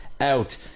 out